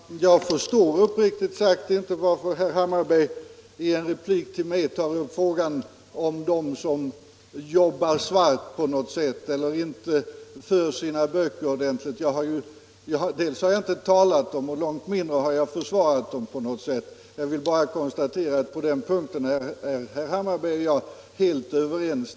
Herr talman! Jag förstår uppriktigt sagt inte varför herr Hammarberg i en replik till mig tar upp frågan om dem som jobbar svart på något sätt eller inte för sina böcker ordentligt. Dem har jag inte talat om och långt mindre försvarat. Jag vill bara konstatera att på den punkten är herr Hammarberg och jag helt överens.